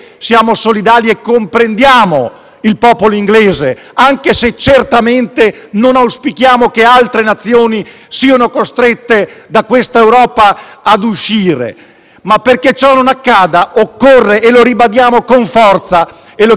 il popolo inglese, anche se certamente non auspichiamo che altre nazioni siano costrette da questa Europa ad uscire. Perché ciò non accada, però, occorre - lo ribadiamo con forza e lo chiederemo nelle piazze e a tutti gli italiani